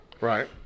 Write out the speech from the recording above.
Right